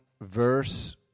verse